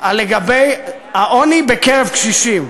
לגבי העוני בקרב קשישים.